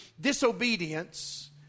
disobedience